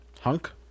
Hunk